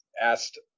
asked